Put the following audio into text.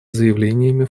заявлениями